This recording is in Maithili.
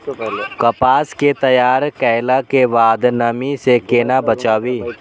कपास के तैयार कैला कै बाद नमी से केना बचाबी?